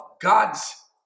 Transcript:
God's